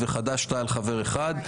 וחד"ש-תע"ל חבר אחד.